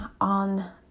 on